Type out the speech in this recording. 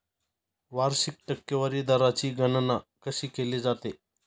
वार्षिक टक्केवारी दराची गणना कशी केली जाते?